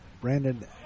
Brandon